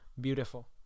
beautiful